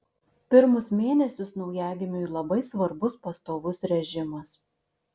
pirmus mėnesius naujagimiui labai svarbus pastovus režimas